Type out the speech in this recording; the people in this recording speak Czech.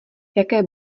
jaké